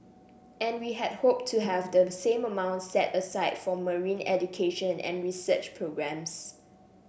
and we had hoped to have the same amount set aside for marine education and research programmes